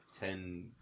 ten